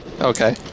Okay